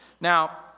Now